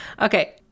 Okay